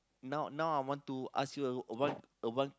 now now I want to ask you a a one a one